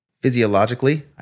Physiologically